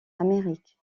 amérique